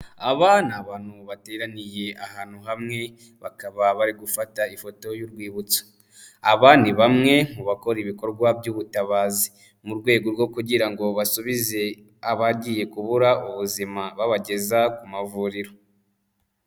Aba ni abantu bateraniye ahantu hamwe bakaba bari gufata ifoto y'urwibutso. Aba ni bamwe mu bakora ibikorwa by'ubutabazi mu rwego rwo kugira ngo basubize abagiye kubura ubuzima babageza ku mavuriro.